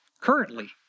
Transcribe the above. currently